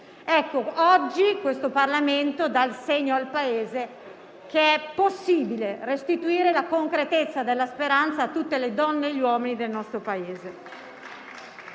futuro. Oggi il Parlamento dà il segno che è possibile restituire la concretezza della speranza a tutte le donne e agli uomini del nostro Paese.